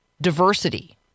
diversity